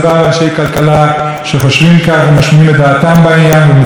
ומשמיעים את דעתם בעניין ומצטרפים לרעיון ביטול גיוס הכפייה.